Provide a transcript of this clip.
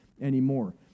anymore